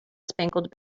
spangled